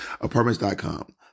Apartments.com